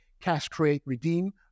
cash-create-redeem